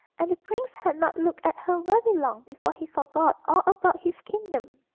and the prince had not looked at her very long before he forgot all about his kingdom.